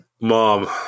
Mom